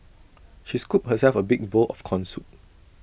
she scooped herself A big bowl of Corn Soup